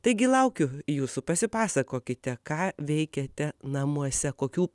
taigi laukiu jūsų pasipasakokite ką veikiate namuose kokių